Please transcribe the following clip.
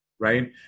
right